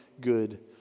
good